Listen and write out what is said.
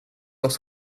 oss